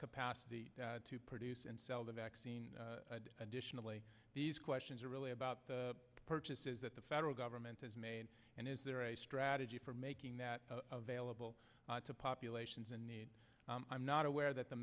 capacity to produce and sell the vaccine additionally these questions are really about purchases that the federal government has made and is there a strategy for making that available to populations in need i'm not aware that the